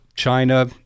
China